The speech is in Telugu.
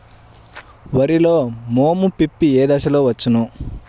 వరిలో మోము పిప్పి ఏ దశలో వచ్చును?